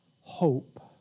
hope